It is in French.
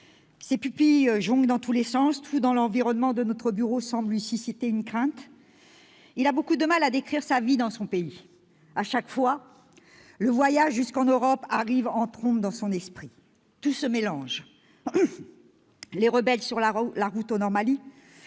Ses pupilles jonglent dans tous les sens. Tout dans l'environnement de notre bureau semble lui susciter une crainte. [...] Il a beaucoup de mal à décrire sa vie dans son pays. À chaque fois, le voyage jusqu'en Europe arrive en trombe dans son esprit. [...]« Tout se mélange : les rebelles sur la route au Nord-Mali